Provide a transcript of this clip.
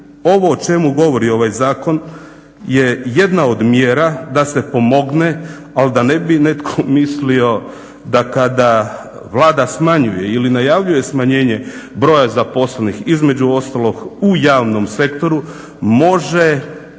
ovo o čemu govori ovaj zakon je jedna od mjera da se pomogne, ali da ne bi netko mislio da kada Vlada smanjuje ili najavljuje smanjenje broja zaposlenih između ostalog u javnom sektoru može